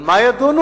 על מה ידונו?